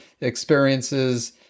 experiences